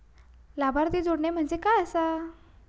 लाभार्थी जोडणे म्हणजे काय आसा?